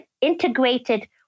integrated